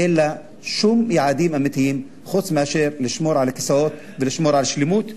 אין לה שום יעדים אמיתיים חוץ מאשר לשמור על הכיסאות ולשמור על שלמות,